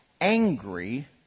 angry